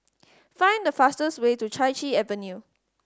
find the fastest way to Chai Chee Avenue